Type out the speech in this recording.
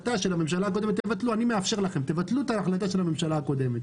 אני מאפשר לכם, תבטלו את ההחלטה של הממשלה הקודמת.